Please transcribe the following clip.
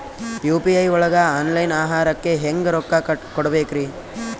UPI ಒಳಗ online ಆಹಾರಕ್ಕೆ ಹೆಂಗ್ ರೊಕ್ಕ ಕೊಡಬೇಕ್ರಿ?